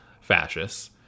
fascists